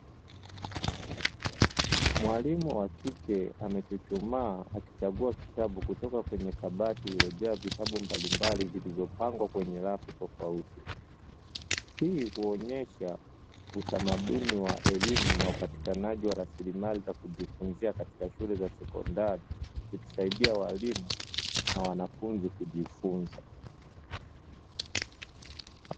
Mwalimu wa kike amechuchumaa akichagua kitabu kutoka kwenye kabati lililojaa vitabu mbalimbali vilivyopangwa kwenye rafu tofauti. Hii huonyesha utamaduni wa elimu na upatikanaji wa rasilimali za kujifunzia katika shule za sekondari, ikisaidia walimu na wanafunzi kujifunza.